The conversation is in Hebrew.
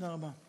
תודה רבה.